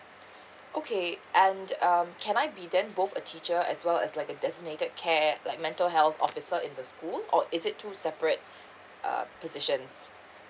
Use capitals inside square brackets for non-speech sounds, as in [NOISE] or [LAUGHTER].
[BREATH] okay and um can I be then both a teacher as well as like a designated care like mental health officer in the school or is it two separate [BREATH] uh positions